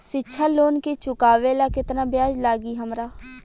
शिक्षा लोन के चुकावेला केतना ब्याज लागि हमरा?